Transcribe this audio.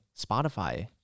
Spotify